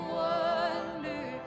wonder